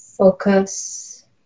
Focus